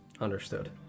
Understood